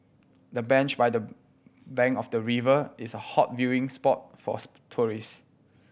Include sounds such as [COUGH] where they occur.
the bench by the bank of the river is a hot viewing spot for [UNINTELLIGIBLE] tourist